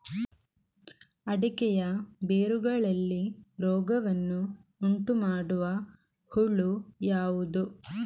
ಅಡಿಕೆಯ ಬೇರುಗಳಲ್ಲಿ ರೋಗವನ್ನು ಉಂಟುಮಾಡುವ ಹುಳು ಯಾವುದು?